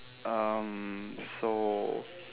um so